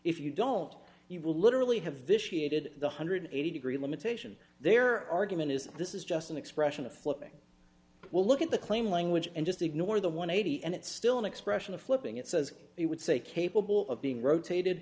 if you don't you will literally have vitiated the hundred eighty degree limitation their argument is this is just an expression of flipping we'll look at the claim language and just ignore the one eighty and it's still an expression of flipping it says it would say capable of being rotated